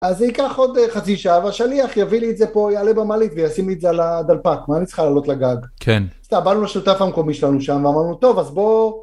אז זה ייקח עוד חצי שעה והשליח יביא לי את זה פה יעלה במעלית ויעשים לי את זה על הדלפק מה אני צריכה לעלות לגג. כן. סתם באנו לשותף המקומי שלנו שם ואמרנו טוב אז בוא.